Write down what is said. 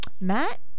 Matt